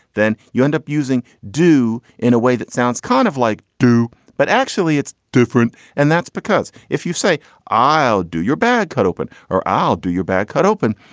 then you end up using do in a way that sounds kind of like do, but actually it's different. and that's because if you say i'll do your bag cut open or i'll do your bag cut open,